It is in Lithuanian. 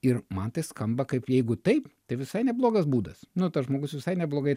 ir man tai skamba kaip jeigu taip tai visai neblogas būdas nu tas žmogus visai neblogai